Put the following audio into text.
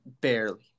barely